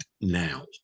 now